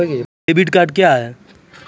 Debit card क्या हैं?